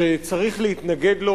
שצריך להתנגד לו.